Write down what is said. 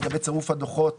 לגבי צירוף הדוחות